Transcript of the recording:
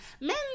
Men